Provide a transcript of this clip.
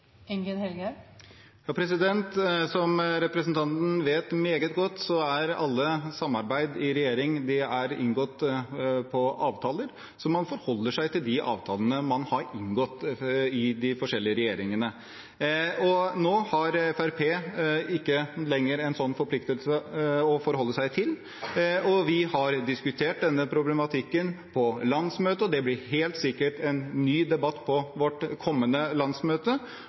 Som representanten vet meget godt, er alle samarbeid i regjering inngått ved avtaler, så man forholder seg til de avtalene man har inngått i de forskjellige regjeringene. Nå har Fremskrittspartiet ikke lenger en slik forpliktelse å forholde seg til. Vi har diskutert denne problematikken på landsmøtet, og det blir helt sikkert en ny debatt på vårt kommende landsmøte.